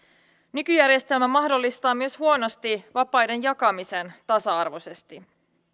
nykyjärjestelmä mahdollistaa myös huonosti vapaiden jakamisen tasa arvoisesti